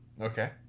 Okay